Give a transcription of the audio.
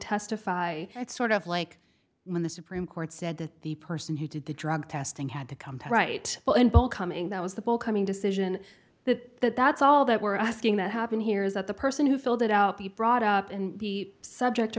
testify that sort of like when the supreme court said that the person who did the drug testing had to come to the right well in bowl coming that was the ball coming decision that that's all that we're asking that happened here is that the person who filled it out be brought up and be subject to